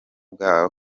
bwa